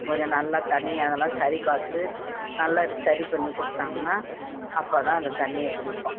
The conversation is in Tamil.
கொஞ்சம் நல்லா தண்ணி அதெல்லாம் சரி பார்த்து நல்லா அது சரி பண்ணி கொடுத்தாங்கன்னா அப்போ தான் அந்த தண்ணியை குடிப்போம்